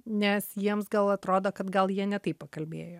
nes jiems gal atrodo kad gal jie ne taip pakalbėjo